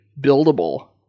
buildable